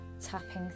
tapping